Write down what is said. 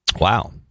Wow